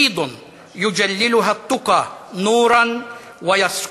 מנואל טרכטנברג ושרן השכל